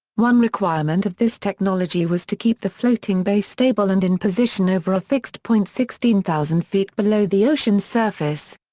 one requirement of this technology was to keep the floating base stable and in position over a fixed point sixteen thousand feet below the ocean surface.